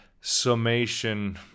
summation